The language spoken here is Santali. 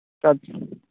ᱟᱪᱷ